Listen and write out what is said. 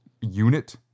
unit